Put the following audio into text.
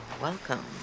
welcome